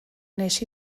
wnes